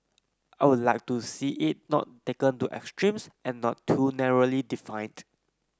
I would like to see it not taken to extremes and not too narrowly defined